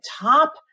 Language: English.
top